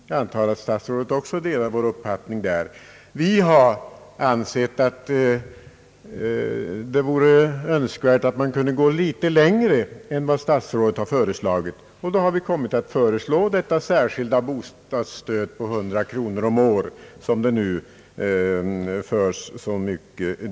Jag antar att statsrådet också delar vår uppfattning där. Vi har ansett att det vore önskvärt att gå litet längre än vad statsrådet har föreslagit. Därför har vi föreslagit detta särskilda bostadsstöd på 100 kronor om året som nu diskuteras så mycket.